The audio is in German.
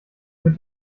wird